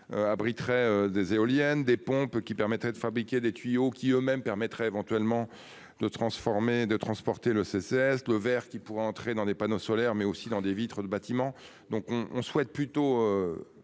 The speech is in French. Abriteraient des éoliennes, des pompes qui permettraient de fabriquer des tuyaux qui eux-mêmes permettrait éventuellement de transformer de transporter le CCAS, le verre qui pourraient entrer dans des panneaux solaires mais aussi dans des vitres de bâtiments donc on on souhaite plutôt.